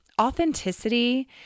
authenticity